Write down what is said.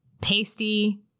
pasty